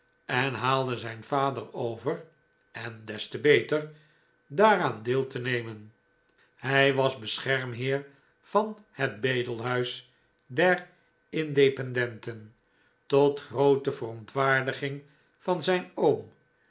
en haalde zijn vader over en des te beter daaraan deel te nemen hij was beschermheer van het bedehuis der independenten tot groote verontwaardiging van zijn oom